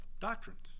doctrines